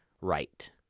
Right